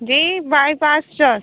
JEE bypass church